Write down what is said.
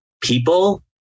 people